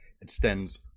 extends